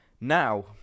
Now